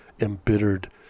embittered